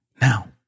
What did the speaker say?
Now